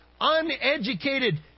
uneducated